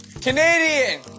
Canadian